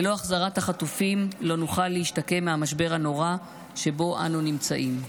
ללא החזרת החטופים לא נוכל להשתקם מהמשבר הנורא שבו אנו נמצאים.